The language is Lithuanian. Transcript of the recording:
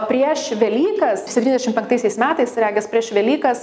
prieš velykas septyniasdešim penktaisiais metais regis prieš velykas